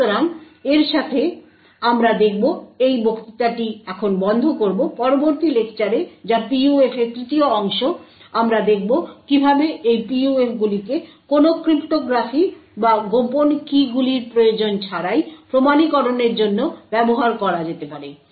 সুতরাং এর সাথে আমরা এই বক্তৃতাটি বন্ধ করব পরবর্তী লেকচারে যা PUF এর তৃতীয় অংশ আমরা দেখব কীভাবে এই PUF গুলিকে কোনও ক্রিপ্টোগ্রাফি বা গোপন কীগুলির প্রয়োজন ছাড়াই প্রমাণীকরণের জন্য ব্যবহার করা যেতে পারে